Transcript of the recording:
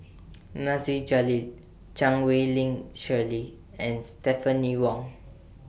Nasir Jalil Chan Wei Ling Cheryl and Stephanie Wong